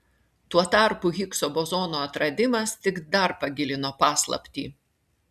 tuo tarpu higso bozono atradimas tik dar pagilino paslaptį